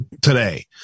today